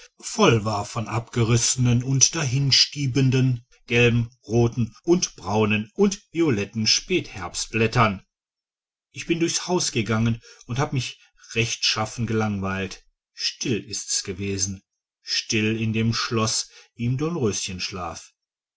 voll war von abgerissenen und dahinstiebenden gelben roten und braunen und violetten spätherbstblättern ich bin durchs haus gegangen und habe mich rechtschaffen gelangweilt still ist es gewesen still in dem schloß wie im dornröschenschlaf